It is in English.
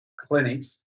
clinics